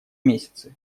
месяцы